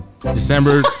December